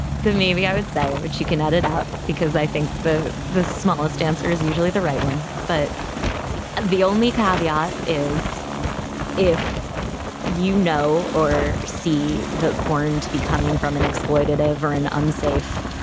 maybe i would say which you can edit out because i think the the smallest answer is usually the right one, but the only caveat is if you know or see the porn to be coming from an exploitative or an unsafe,